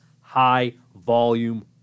high-volume